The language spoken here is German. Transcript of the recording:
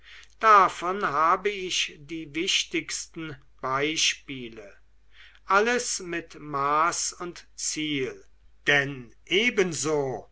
davon habe ich die wichtigsten beispiele alles mit maß und ziel denn ebenso